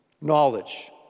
knowledge